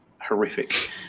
horrific